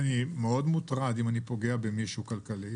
אני מאוד מוטרד אם אני פוגע במישהו כלכלית.